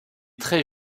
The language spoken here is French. très